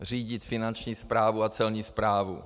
Řídit finanční správu a celní správu.